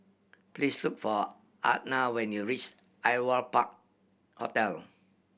please look for Atha when you reach Aliwal Park Hotel